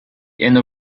inner